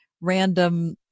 random